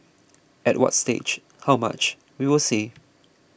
at what stage how much we will see